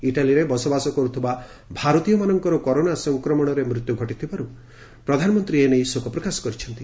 ଇଟାଲୀରେ ବସବାସ କରୁଥିବା ଭାରତୀୟମାନଙ୍କର କରୋନା ସଫକ୍ରମଣରେ ମୃତ୍ୟୁ ଘଟିଥିବାରୁ ପ୍ରଧାନମନ୍ତ୍ରୀ ଏ ନେଇ ଶୋକ ପ୍ରକାଶ କରିଛନ୍ତି